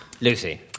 Lucy